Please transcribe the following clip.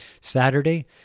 Saturday